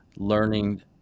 learning